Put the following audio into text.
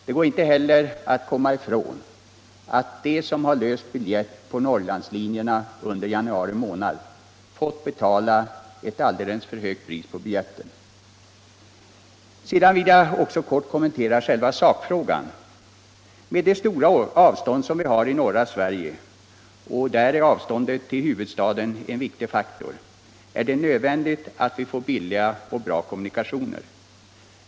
Det går inte heller att komma ifrån att de människor som har löst biljett på Norrlandslinjerna under januari månad har fått betala ett alldeles för högt pris för biljetten. Sedan vill jag också helt kort kommentera själva sakfrågan. Med de stora avstånd som vi har i norra Sverige — och där är avståndet till huvudstaden en viktig faktor — är det nödvändigt att vi får billiga och bra kommunikationer.